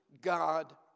God